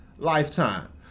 Lifetime